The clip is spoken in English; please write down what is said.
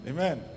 Amen